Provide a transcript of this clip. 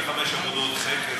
75 עבודות חקר.